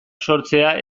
sortzea